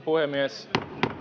puhemies